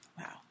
wow